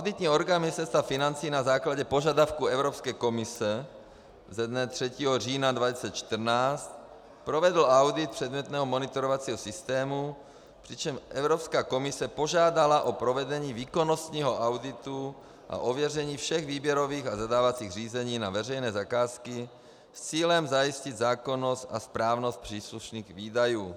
Auditní orgán Ministerstva financí na základě požadavku Evropské komise ze dne 3. října 2014 provedl audit předmětného monitorovacího systému, přičemž Evropská komise požádala o provedení výkonnostního auditu a ověření všech výběrových a dodávacích řízení na veřejné zakázky s cílem zajistit zákonnost a správnost příslušných výdajů.